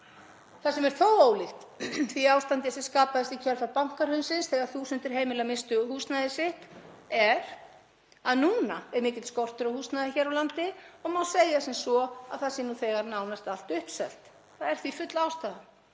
Það sem er þó ólíkt því ástandi sem skapaðist í kjölfar bankahrunsins, þegar þúsundir misstu húsnæði sitt, er að núna er mikill skortur á húsnæði hér á landi og má segja sem svo að það sé nú þegar nánast allt uppselt. Það er því full ástæða